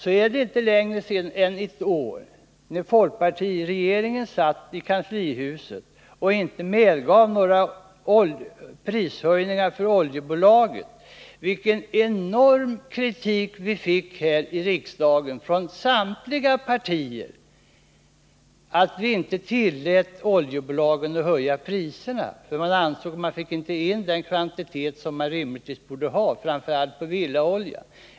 Det är emellertid inte mer än ett år sedan folkpartiregeringen, när denna satt i kanslihuset, inte medgav några prishöjningar för oljebolagen. Vilken enorm kritik fick vi inte utstå här i riksdagen från samtliga partier för att vi inte tillät oljebolagen att höja priserna! Man ansåg nämligen att vi inte fick in den kvantitet av framför allt villaolja som vi rimligtvis borde ha.